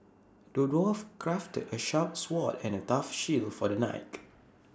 the dwarf crafted A sharp sword and A tough shield for the knight